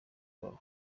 babo